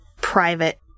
private